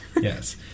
Yes